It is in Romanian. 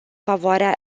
favoarea